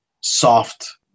soft